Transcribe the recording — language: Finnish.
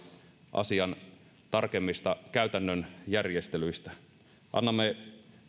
asian tarkemmista käytännön järjestelyistä annamme